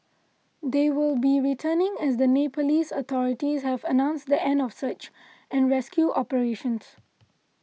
they will be returning as the Nepalese authorities have announced the end of search and rescue operations